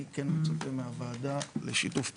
אני כן מצפה מהוועדה לשיתוף פעולה.